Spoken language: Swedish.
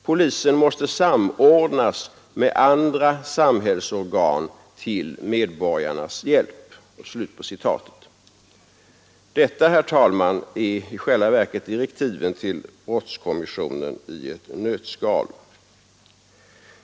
Polisen måste samordnas med andra samhällsorgan till medborgarnas hjälp.” Detta, herr talman, är i själva verket direktiven till brottskommissionen i ett nötskal.